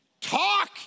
Talk